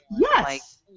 yes